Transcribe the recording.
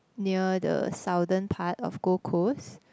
near the southern part of Gold Coast